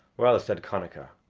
well, said connachar,